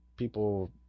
people